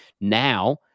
now